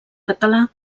català